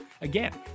Again